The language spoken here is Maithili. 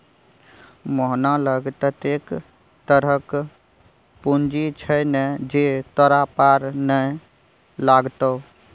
मोहना लग ततेक तरहक पूंजी छै ने जे तोरा पार नै लागतौ